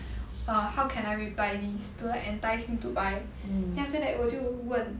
for how can I reply this to like entice him to buy then after that 我就问